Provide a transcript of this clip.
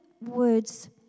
words